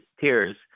Tears